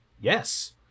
Yes